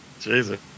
Jesus